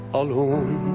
alone